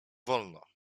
wolno